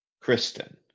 Kristen